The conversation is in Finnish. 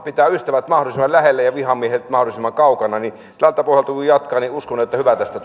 pitää ystävät mahdollisimman lähellä ja vihamiehet mahdollisimman kaukana ja tältä pohjalta kun jatkaa niin uskon että hyvä tästä